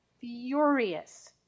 furious